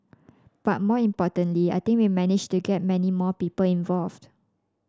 but more importantly I think we've managed to get many more people involved